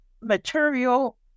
material